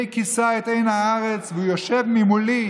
הנה כִסה את עין הארץ והוא יֹשב ממֻּלי",